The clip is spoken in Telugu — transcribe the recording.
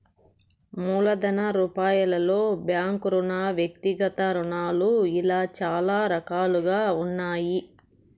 మూలధన రూపాలలో బ్యాంకు రుణాలు వ్యక్తిగత రుణాలు ఇలా చాలా రకాలుగా ఉన్నాయి